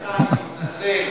סליחה, אני מתנצל.